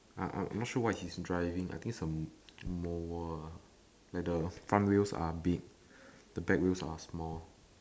I I am not sure what he's driving I think its a mower ah like the front wheels are big the back wheels are small